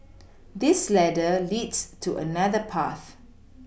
this ladder leads to another path